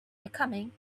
becoming